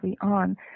on